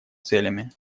целями